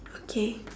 okay